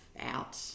out